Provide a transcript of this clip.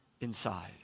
inside